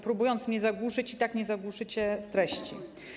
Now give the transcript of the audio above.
Próbując mnie zagłuszyć, i tak nie zagłuszycie treści.